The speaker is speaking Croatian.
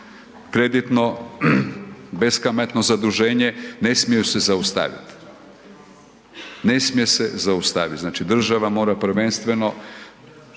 kreditno, beskamatno zaduženje, ne smiju se zaustaviti. Ne smije se zaustaviti, znači država mora prvenstveno